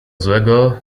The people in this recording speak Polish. złego